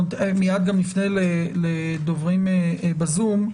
אנחנו מייד גם נפנה לדוברים בזום.